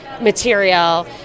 material